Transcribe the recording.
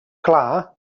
clar